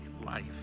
life